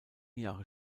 jahre